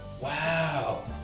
Wow